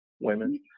women